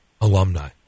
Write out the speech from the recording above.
alumni